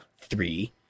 three